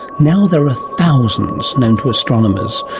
now there are thousands known to astronomers,